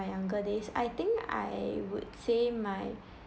younger days I think I would say my